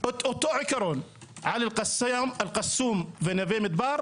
את אותו עיקרון על אל קאסום ונווה מדבר,